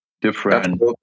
different